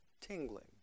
tingling